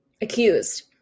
accused